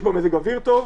יש בה מזג אוויר טוב,